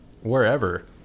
wherever